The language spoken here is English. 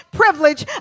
privilege